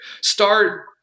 Start